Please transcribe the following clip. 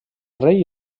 rei